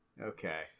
Okay